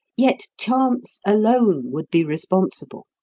yet chance alone would be responsible.